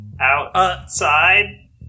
Outside